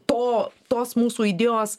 po tos mūsų idėjos